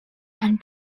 and